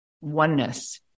oneness